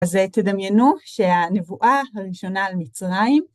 אז תדמיינו שהנבואה הראשונה למצרים